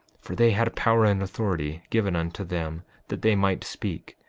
for they had power and authority, given unto them that they might speak,